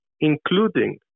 including